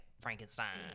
Frankenstein